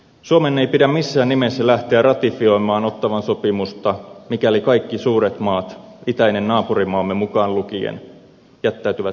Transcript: suomen ei pidä missään nimessä lähteä ratifioimaan ottawan sopimusta mikäli kaikki suuret maat itäinen naapurimaamme mukaan lukien jättäytyvät sen ulkopuolelle